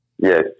Yes